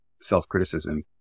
self-criticism